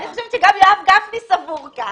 אני חושבת שגם יואב גפני סבור כך.